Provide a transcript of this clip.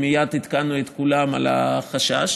ומייד עדכנו את כולם על החשש.